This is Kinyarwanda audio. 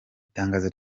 itangazo